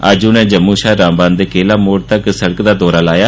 अज्ज उनें जम्मू शा रामबन दे केला मोड़ तक्क सड़क दा दौरा लाया